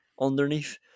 underneath